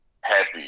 happy